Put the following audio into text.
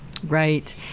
Right